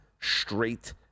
straight